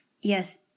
Yes